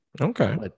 okay